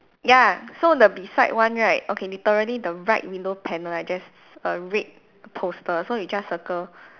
ya so the beside one right okay literally the right window panel there's a red poster so you just circle